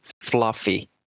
fluffy